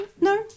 No